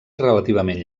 relativament